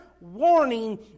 warning